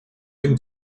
him